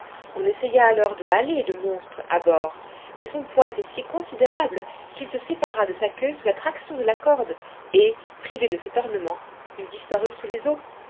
on essaya alors de haler le monstre à bord mais son poids était si considérable qu'il se sépara de sa queue sous la traction de la corde et privé de cet ornement il disparut sous les eaux